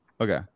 Okay